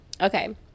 Okay